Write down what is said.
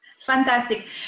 Fantastic